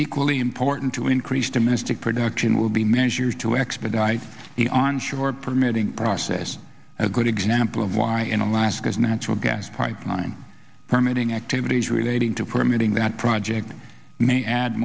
equally important to increase domestic production will be measured to expedite the onshore permitting process a good example of why in alaska's natural gas pipeline permitting activities relating to permitting that project may add